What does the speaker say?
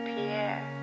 Pierre